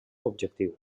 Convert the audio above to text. objectiu